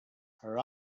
her